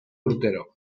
urtero